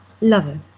lover